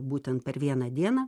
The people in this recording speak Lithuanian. būtent per vieną dieną